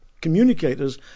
communicators